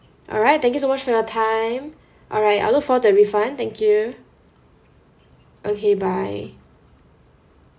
alright thank you so much for your time alright I'll look forward to the refund thank you okay bye